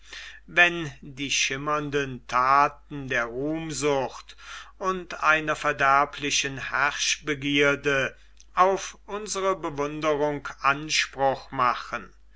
wenn die schimmernden thaten der ruhmsucht und einer verderblichen herrschbegierde auf unsere bewunderung anspruch machen